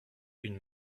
une